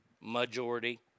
majority